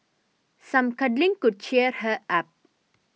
some cuddling could cheer her up